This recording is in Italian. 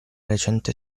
recente